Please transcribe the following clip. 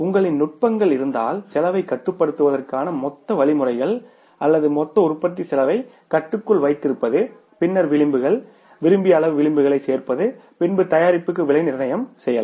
உங்களிடம் நுட்பங்கள் இருந்தால் செலவைக் கட்டுப்படுத்துவதற்கான மொத்த வழிமுறைகள் அல்லது மொத்த உற்பத்தி செலவை கட்டுக்குள் வைத்திருப்பது பின்னர் விளிம்புகள் விரும்பிய அளவு விளிம்புகளைச் சேர்ப்பது பின்பு தயாரிப்புக்கு விலை நிர்ணயம் செய்யலாம்